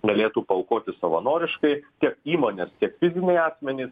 galėtų paaukoti savanoriškai tiek įmonės tiek fiziniai asmenys